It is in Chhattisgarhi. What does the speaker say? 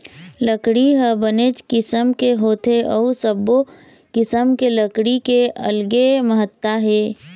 लकड़ी ह बनेच किसम के होथे अउ सब्बो किसम के लकड़ी के अलगे महत्ता हे